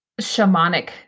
shamanic